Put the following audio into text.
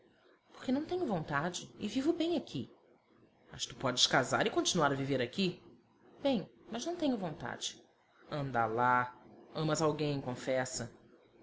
por quê porque não tenho vontade e vivo bem aqui mas tu podes casar e continuar a viver aqui bem mas não tenho vontade anda lá amas alguém confessa